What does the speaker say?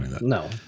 no